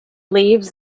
leaves